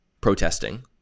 protesting